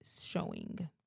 showing